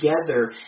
together